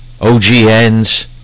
OGNs